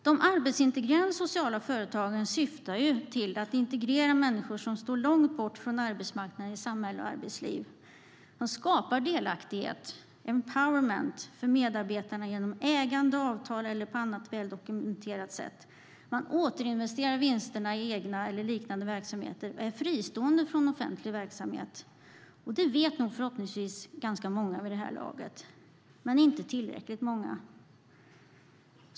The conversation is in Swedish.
De arbetsintegrerande sociala företagen syftar till att integrera människor som står långt bort från arbetsmarknaden i samhälle och arbetsliv. De skapar delaktighet - empowerment - för medarbetarna genom ägande, avtal eller på annat väl dokumenterat sätt. Man återinvesterar vinsterna i den egna verksamheten eller liknande verksamheter och är fristående från offentlig verksamhet. Det vet förhoppningsvis ganska många vid det här laget men inte tillräckligt många.